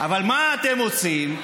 אבל מה אתם עושים?